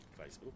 Facebook